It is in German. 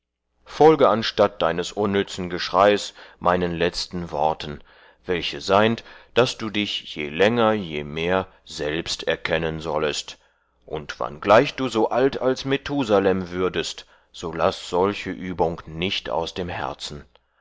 folge anstatt deines unnützen geschreis meinen letzten worten welche seind daß du dich je länger je mehr selbst erkennen sollest und wanngleich du so alt als mathusalem würdest so laß solche übung nicht aus dem herzen